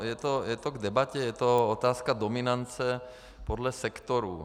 Je to k debatě, je to otázka dominance podle sektorů.